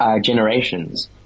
generations